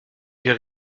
wir